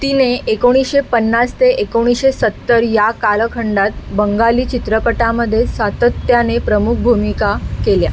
तिने एकोणीसशे पन्नास ते एकोणीसशे सत्तर या कालखंडात बंगाली चित्रपटामध्ये सातत्याने प्रमुख भूमिका केल्या